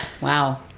wow